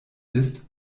ist